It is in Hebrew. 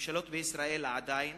הממשלות בישראל עדיין